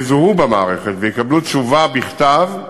ויקבלו תשובה מיידית בכתב,